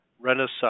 renaissance